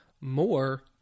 more